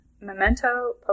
Memento